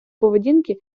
поведінки